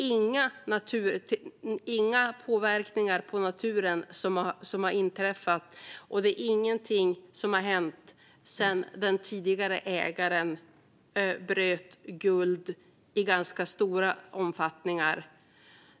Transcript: Ingen påverkan på naturen har inträffat, och inget har hänt sedan den tidigare ägaren bröt guld i ganska stor omfattning.